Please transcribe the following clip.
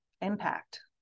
impact